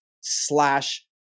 slash